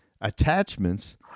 attachments